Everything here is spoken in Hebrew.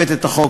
שהבאת את החוק,